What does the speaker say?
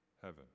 heaven